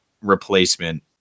replacement